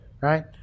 right